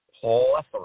plethora